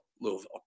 Louisville